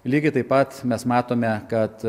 lygiai taip pat mes matome kad